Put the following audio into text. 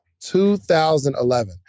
2011